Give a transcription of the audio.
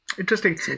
Interesting